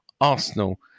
Arsenal